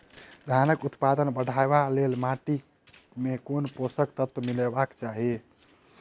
धानक उत्पादन बढ़ाबै लेल माटि मे केँ पोसक तत्व मिलेबाक चाहि?